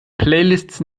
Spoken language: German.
playlists